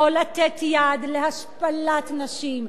לא לתת יד להשפלת נשים,